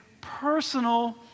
personal